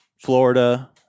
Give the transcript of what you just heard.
Florida